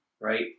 right